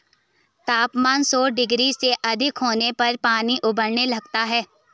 तापमान सौ डिग्री से अधिक होने पर पानी उबलने लगता है